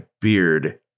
beard